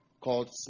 called